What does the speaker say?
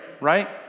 right